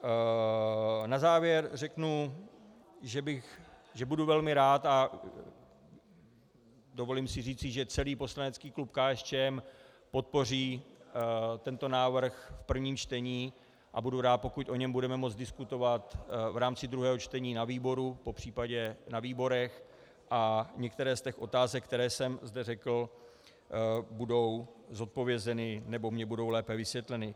A na závěr řeknu, že budu velmi rád, a dovolím si říci, že celý poslanecký klub KSČM podpoří tento návrh v prvním čtení, a budu rád, pokud o něm budeme moci diskutovat v rámci druhého čtení na výboru, popř. na výborech, a některé z těch otázek, které jsem zde řekl, budou zodpovězeny nebo mi budou lépe vysvětleny.